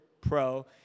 pro